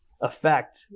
effect